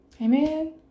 Amen